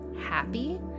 happy